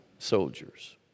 soldiers